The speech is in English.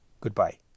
Goodbye